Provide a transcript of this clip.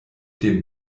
dem